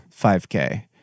5K